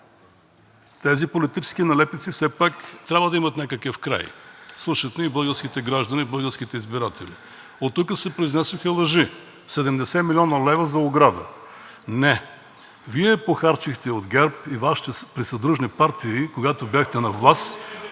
Тези политически нелепици все пак трябва да имат някакъв край. Слушат ни българските граждани, българските избиратели. Оттук се произнесоха лъжи – 70 млн. лв. за ограда. Не, Вие похарчихте от ГЕРБ и Вашите присъдружни партии, когато бяхте на власт,